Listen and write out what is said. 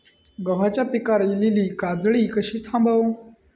गव्हाच्या पिकार इलीली काजळी कशी थांबव?